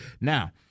Now